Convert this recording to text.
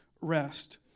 rest